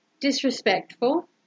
Disrespectful